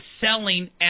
selling